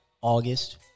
August